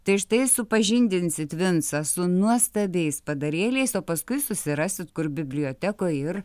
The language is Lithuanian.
tai štai supažindinsit vincą su nuostabiais padarėliais o paskui susirasit kur bibliotekoj ir